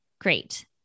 Great